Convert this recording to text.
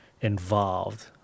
involved